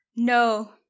no